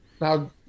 now